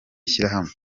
shyirahamwe